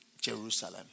Jerusalem